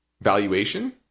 valuation